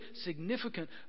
significant